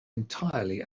entirely